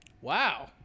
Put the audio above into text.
Wow